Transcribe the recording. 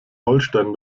holstein